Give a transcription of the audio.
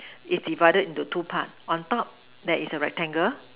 is divided into two part on top there is a rectangle